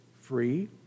free